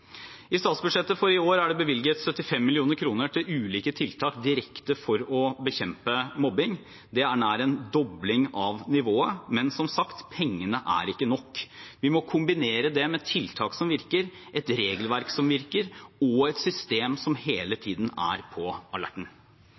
I statsbudsjettet for i år er det bevilget 75 mill. kr til ulike tiltak direkte for å bekjempe mobbing. Det er nær en dobling av nivået. Men, som sagt, pengene er ikke nok. Vi må kombinere det med tiltak som virker, et regelverk som virker, og et system som hele tiden er på alerten.